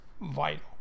vital